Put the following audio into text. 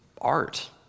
art